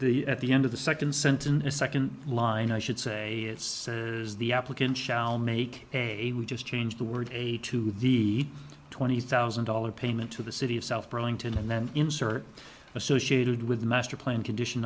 the at the end of the second sentence a second line i should say it's the applicant shall make a we just change the word to the twenty thousand dollars payment to the city of south burlington and then insert associated with the master plan condition